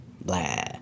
Blah